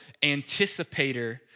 anticipator